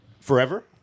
Forever